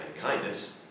kindness